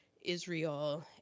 Israel